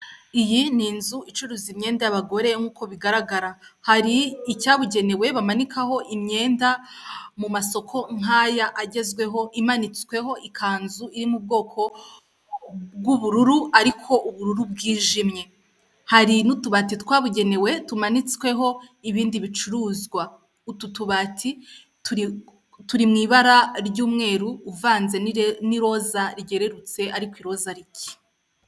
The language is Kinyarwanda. Iyi ni inzu icuruza imyenda y'abagore uko bigaragara. Hari icyabugenewe kimanitseho imyenda mu masoko nk'aya agezweho, imanitsweho ikanzu iri mubwoko bw'ubururu ariko ubururu bwijimye. hari n'utubati twabugenewe tumanitsweho ibindi bicuruzwa. Utu tubati turi mumabara y'umweru uvanze n'iroza ryererutse ariko iroza rike.